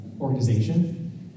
organization